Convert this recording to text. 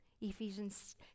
Ephesians